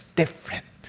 different